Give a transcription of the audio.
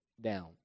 down